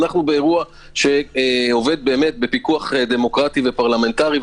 אנחנו באירוע שעובד בפיקוח דמוקרטי ופרלמנטרי,